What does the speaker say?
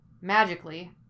magically